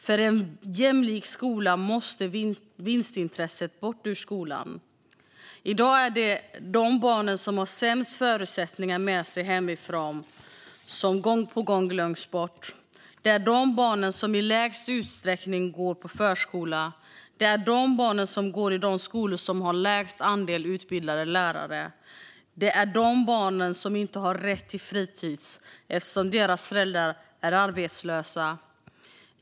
För en jämlik skola måste vinstintresset bort ur skolan. I dag är det de barn som har sämst förutsättningar med sig hemifrån som gång på gång glöms bort. Det är de barnen som i lägst utsträckning går på förskola. Det är de barnen som går i de skolor som har lägst andel utbildade lärare. Det är de barnen som inte har rätt till fritis, eftersom deras föräldrar är arbetslösa.